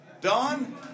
Don